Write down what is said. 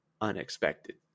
unexpected